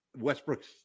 Westbrook's